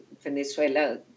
Venezuela